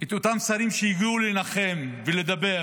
את אותם שרים שהגיעו לנחם ולדבר,